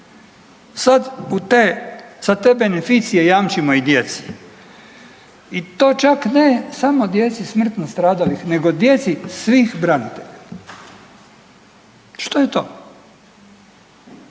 te, sad te beneficije jamčimo i djeci i to čak ne samo djeci smrtno stradalih, nego djeci svih branitelja. Što je to?